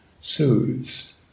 soothes